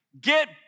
get